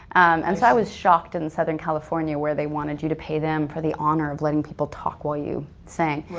and so i was shocked in southern california where they wanted you to pay them for the honor of letting people talk while you sang.